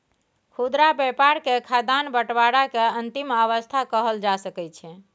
खुदरा व्यापार के खाद्यान्न बंटवारा के अंतिम अवस्था कहल जा सकइ छइ